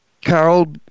Carol